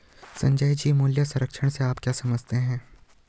संजय जी, मूल्य संचय से आप क्या समझते हैं?